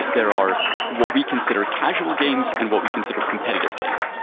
there are what we consider, casual games and what we consider competitive games.